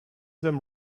them